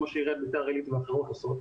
כמו שעיריית ביתר עילית ואחרות עושות,